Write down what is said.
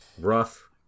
rough